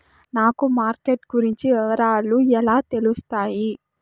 నాకు మార్కెట్ గురించి వివరాలు ఎలా తెలుస్తాయి?